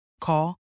Call